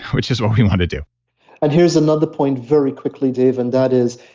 which is what we want to do and here's another point very quickly dave, and that is,